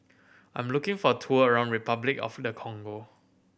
I'm looking for tour around Repuclic of the Congo